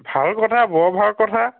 ভাল কথা বৰ ভাল কথা